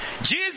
Jesus